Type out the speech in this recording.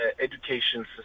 education